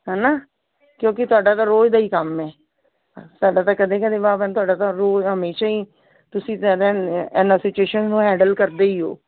ਹੈ ਨਾ ਕਿਉਂਕਿ ਤੁਹਾਡਾ ਤਾਂ ਰੋਜ਼ ਦਾ ਹੀ ਕੰਮ ਹੈ ਸਾਡਾ ਤਾਂ ਕਦੇ ਕਦੇ ਵਾਹ ਪੈਂਦਾ ਤੁਹਾਡਾ ਤਾਂ ਰੋਜ਼ ਹਮੇਸ਼ਾ ਹੀ ਤੁਸੀਂ ਜ਼ਿਆਦਾ ਇਹਨਾਂ ਸੁਚੇਸ਼ਨ ਨੂੰ ਹੈਂਡਲ ਕਰਦੇ ਹੀ ਹੋ